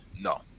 No